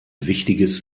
wichtiges